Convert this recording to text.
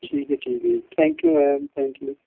ਠੀਕ ਹੈ ਠੀਕ ਹੈ ਜੀ thank you ma'am thank you